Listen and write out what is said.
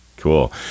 cool